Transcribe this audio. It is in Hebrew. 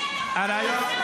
אני לא שומע.